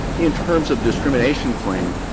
in terms of discrimination claim,